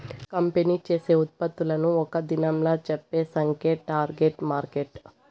company చేసే ఉత్పత్తులను ఒక్క దినంలా చెప్పే సంఖ్యే టార్గెట్ మార్కెట్